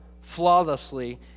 flawlessly